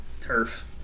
turf